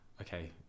Okay